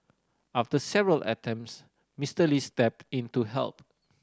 after several attempts Mister Lee stepped in to help